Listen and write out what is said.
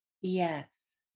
Yes